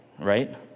right